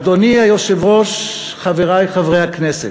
אדוני היושב-ראש, חברי חברי הכנסת,